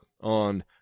on